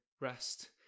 rest